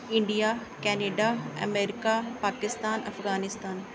India Canada America Pakistan Afghanistan